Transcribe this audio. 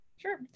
Sure